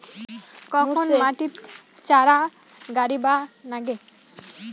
কখন মাটিত চারা গাড়িবা নাগে?